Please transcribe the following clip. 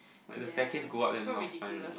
like the staircases go up then North Spine already